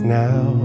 now